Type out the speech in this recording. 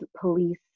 police